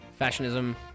fashionism